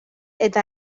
eta